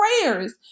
prayers